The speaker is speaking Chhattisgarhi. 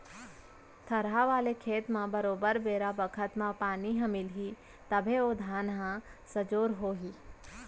थरहा वाले खेत म बरोबर बेरा बखत म पानी ह मिलही तभे ओ धान ह सजोर हो ही